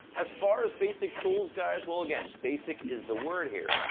as far as basic tools, guys, well, again, basic is the word here.